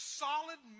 solid